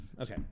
Okay